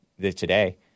today